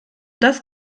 dies